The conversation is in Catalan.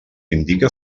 indica